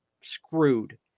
screwed